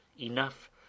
enough